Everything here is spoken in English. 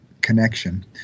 connection